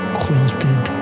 quilted